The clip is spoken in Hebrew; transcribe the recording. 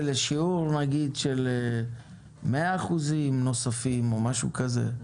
לשיעור נגיד של 100 אחוזים נוספים או משהו כזה.